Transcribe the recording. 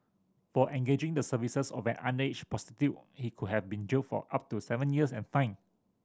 for engaging the services of an underage prostitute he could have been jailed for up to seven years and fined